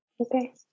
Okay